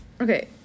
okay